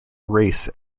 race